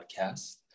podcast